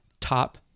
top